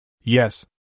Yes